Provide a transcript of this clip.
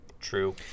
True